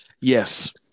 Yes